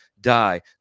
die